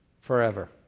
forever